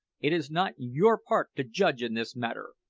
it is not your part to judge in this matter!